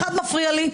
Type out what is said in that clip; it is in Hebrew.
דבר אחד מפריע לי,